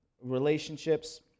relationships